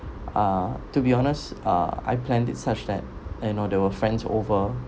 ah to be honest ah I planned it such that you know there were friends over